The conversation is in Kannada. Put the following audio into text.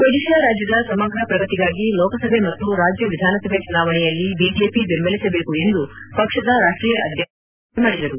ಒಡಿಶಾ ರಾಜ್ಯದ ಸಮಗ್ರ ಪ್ರಗತಿಗಾಗಿ ಲೋಕಸಭೆ ಮತ್ತು ರಾಜ್ಯ ವಿಧಾನಸಭೆ ಚುನಾವಣೆಯಲ್ಲಿ ಬಿಜೆಪಿ ಬೆಂಬಲಿಸಬೇಕು ಎಂದು ಪಕ್ಷದ ರಾಷ್ಟೀಯ ಅಧ್ಯಕ್ಷ ಅಮಿತ್ಷಾ ಮನವಿ ಮಾಡಿದರು